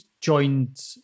joined